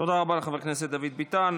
תודה רבה לחבר הכנסת דוד ביטן.